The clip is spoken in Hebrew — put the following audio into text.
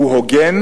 הוא הוגן.